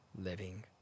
living